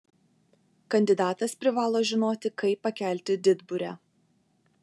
kandidatas privalo žinoti kaip pakelti didburę